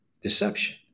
deception